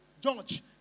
George